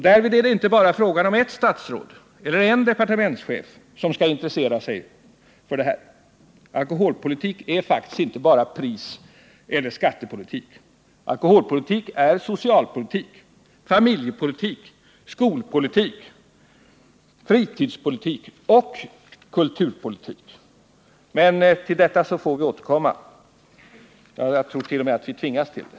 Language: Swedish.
Därvid är det inte bara ert statsråd eller en departementschef som har anledning att intressera sig för detta. Alkoholpolitik är faktiskt inte bara priseller skattepolitik. Alkoholpolitik är socialpo litik, familjepolitik, skolpolitik, fritidspolitik och kulturpolitik. Men till detta får vi återkomma. Jag tror t.o.m. att vi tvingas till det.